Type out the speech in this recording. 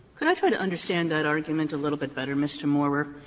and i try to understand that argument a little bit better, mr. maurer?